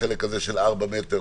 החלק הזה של 4 מטר,